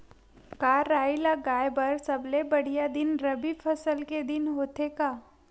का राई लगाय बर सबले बढ़िया दिन रबी फसल के दिन होथे का?